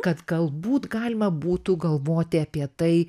kad galbūt galima būtų galvoti apie tai